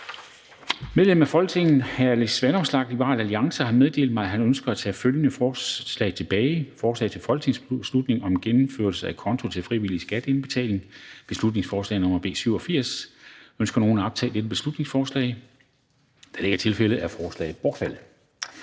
Medlemmer af Folketinget Alex Vanopslagh (LA) m.fl. har meddelt mig, at de ønsker at tage følgende forslag tilbage: Forslag til folketingsbeslutning om genindførelse af kontoen til frivillige skatteindbetalinger. (Beslutningsforslag nr. B 87). Ønsker nogen at optage dette beslutningsforslag? Da det ikke er tilfældet, er forslaget bortfaldet.